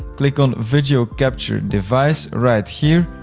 click on video capture device right here.